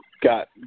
got